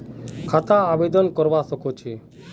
खाता आवेदन करवा संकोची?